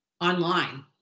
online